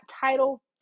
title